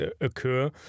occur